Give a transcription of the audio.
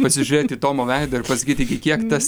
pasižiūrėt į tomo veidą ir pasakyti iki kiek tas